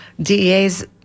DEA's